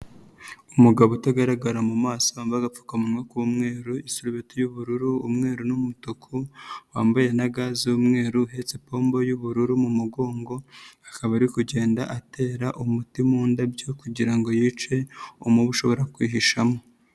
Umugabo utagaragara mu maso wambaye agapfukamunwa k'umweru, isarubeti y'ubururu, umweru n'umutuku wambaye na ga z'umweru, uhetse ipompo y'ubururu mu mugongo, akaba ari kugenda atera umuti mu ndabyo kugira ngo yice umubu ushobora kwihishamo.